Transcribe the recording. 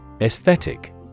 Aesthetic